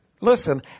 listen